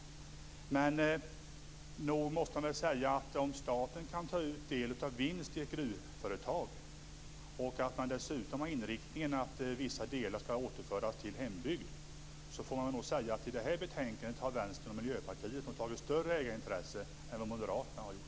Om moderaterna menar att staten kan ta ut del av vinst i ett gruvföretag och dessutom har inriktningen att vissa delar av vinsten skall återföras till hembygden, får man nog säga att Vänstern och Miljöpartiet har tillgodosett ägarintressena i större utsträckning än vad Moderaterna har gjort i detta betänkande.